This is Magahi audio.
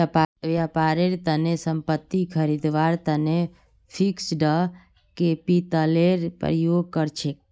व्यापारेर तने संपत्ति खरीदवार तने फिक्स्ड कैपितलेर प्रयोग कर छेक